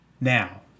Now